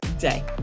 day